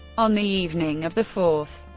on the evening of the fourth,